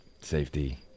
safety